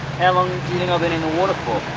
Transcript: how long do you think i've been in the water for?